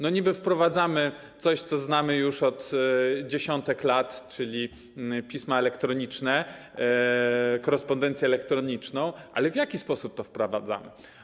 Niby wprowadzamy coś, co znamy już od dziesiątek lat, czyli pisma elektroniczne, korespondencję elektroniczną, ale w jaki sposób to wprowadzamy?